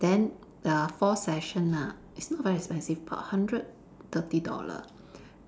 then there are fourth session ah it's not very expensive about hundred thirty dollar